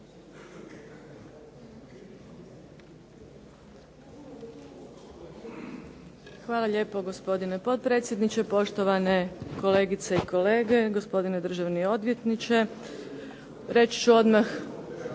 Hvala lijepo gospodine potpredsjedniče, poštovane kolegice i kolege, gospodine državni odvjetniče. Reći ću odmah